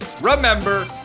remember